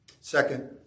Second